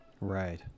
Right